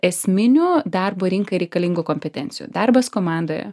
esminių darbo rinkai reikalingų kompetencijų darbas komandoje